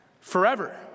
forever